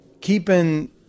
keeping